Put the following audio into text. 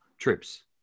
Trips